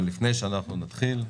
אבל לפני שאנחנו נתחיל,